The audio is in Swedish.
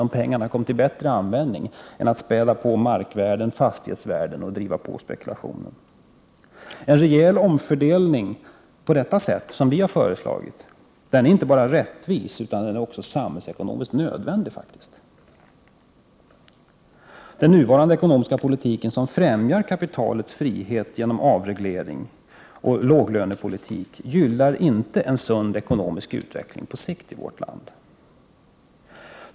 Pengarna skulle då komma till bättre användning än att som nu späda på markvärden, fastighetsvärden och öka spekulationen. En rejäl omfördelning på det sätt som vi i vpk har föreslagit är inte bara rättvis utan också samhällsekonomiskt nödvändig. Den nuvarande ekonomiska politiken, som främjar kapitalets friheter genom avreglering och låglönepolitik, gynnar inte på sikt en sund ekonomisk utveckling i vårt land.